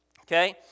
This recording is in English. okay